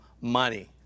money